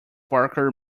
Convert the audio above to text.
barker